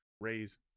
raise